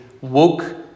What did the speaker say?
woke